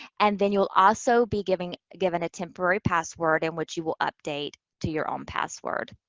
and then you'll also be given given a temporary password in which you will update to your own password.